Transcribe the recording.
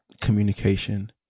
communication